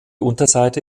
unterseite